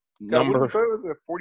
Number